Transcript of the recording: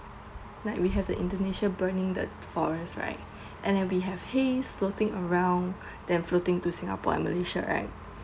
like we have the indonesia burning the forest right and that we have haze floating around then floating to singapore and malaysia right